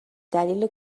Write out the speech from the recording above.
دلیل